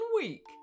week